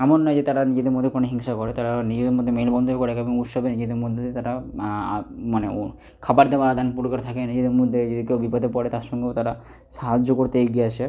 এমন নয় যে তারা নিজেদের মধ্যে কোনো হিংসা করে তারা নিজেদের মধ্যে মেলবন্ধন করে উৎসবে নিজেদের মধ্যে তারা মানে ও খাবার দাবার আদানপোর করে থাকে নিজেদের মধ্যে যদি কেউ বিপদে পড়ে তার সঙ্গেও তারা সাহায্য করতে এগিয়ে আসে